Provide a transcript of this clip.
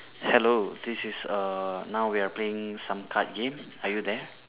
hello this is err now we are playing some card game are you there